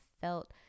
felt